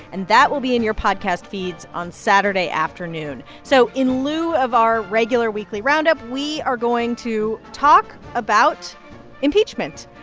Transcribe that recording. and that will be in your podcast feeds on saturday afternoon. so in lieu of our regular weekly roundup, we are going to talk about impeachment.